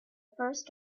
first